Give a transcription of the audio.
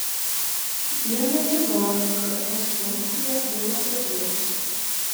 vieno ligonio ks funkcija buvo sutrikusi